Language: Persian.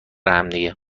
همدیگه